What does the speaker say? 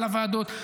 על הוועדות.